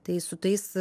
tai su tais